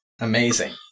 amazing